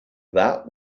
that